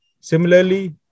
Similarly